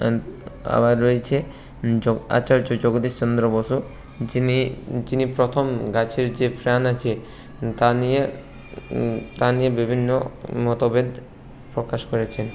আবার রয়েছে জ আচার্য্য জগদীশ চন্দ্র বসু যিনি যিনি প্রথম গাছের যে প্রাণ আছে তা নিয়ে তা নিয়ে বিভিন্ন মতভেদ প্রকাশ করেছেন